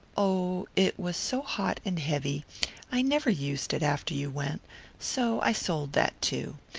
oh, it was so hot and heavy i never used it after you went so i sold that too.